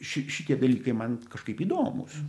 ši šitie dalykai man kažkaip įdomūs